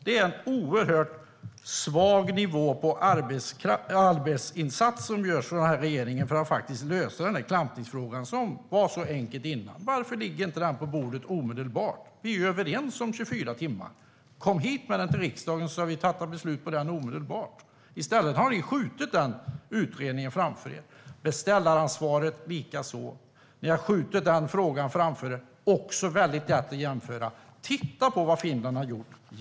Det är en oerhört svag arbetsinsats som görs av den här regeringen för att lösa klampningsfrågan, som var så enkel innan. Varför läggs inte detta på bordet omedelbart? Vi är överens om 24 timmar. Kom hit med det till riksdagen, så kan vi fatta beslut om det omedelbart! I stället har ni skjutit den utredningen framför er, liksom frågan om beställaransvaret. Där är det också väldigt lätt att jämföra. Titta på vad Finland har gjort!